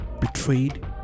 betrayed